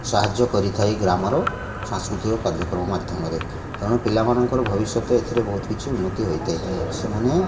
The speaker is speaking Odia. ସାହାଯ୍ୟ କରିଥାଏ ଗ୍ରାମର ସାଂସ୍କୃତିକ କାର୍ଯ୍ୟକ୍ରମ ମାଧ୍ୟମରେ ତେଣୁ ପିଲାମାନଙ୍କର ଭବିଷ୍ୟତ ଏଥିରେ ବହୁତ କିଛି ଉନ୍ନତି ହୋଇଥାଏ ସେମାନେ